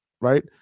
right